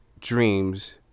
dreams